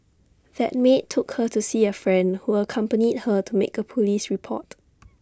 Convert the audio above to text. that maid took her to see A friend who accompanied her to make A Police report